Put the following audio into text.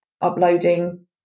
uploading